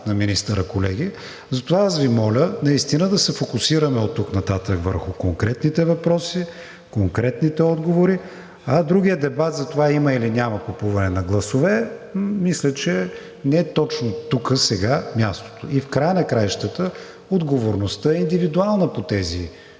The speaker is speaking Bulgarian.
на министъра, колеги. Затова аз Ви моля наистина да се фокусираме оттук нататък върху конкретните въпроси, конкретните отговори, а другият дебат за това има или няма купуване на гласове, мисля, че не е точно тук сега мястото. И в края на краищата отговорността е индивидуална по тези